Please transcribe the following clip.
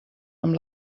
amb